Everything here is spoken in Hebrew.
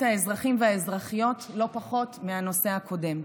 האזרחים והאזרחיות לא פחות מהנושא הקודם,